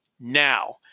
Now